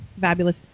fabulous